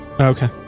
Okay